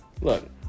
Look